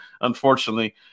unfortunately